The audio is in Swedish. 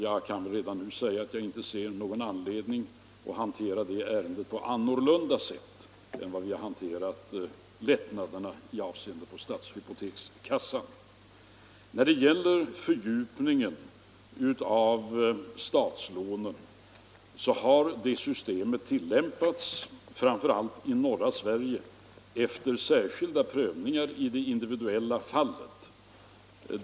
Jag kan redan nu säga att jag inte ser någon anledning att hantera det annorlunda än vi har hanterat frågorna om lättnader i avseende på stadshypotekskassan. Då det gäller fördjupningen av statslånen har det systemet tillämpats framför allt i norra Sverige efter särskilda prövningar i de individuella fallen.